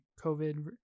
COVID